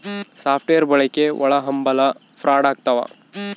soft wear ಬಳಕೆ ಒಳಹಂಭಲ fraud ಆಗ್ತವ